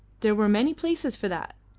there were many places for that.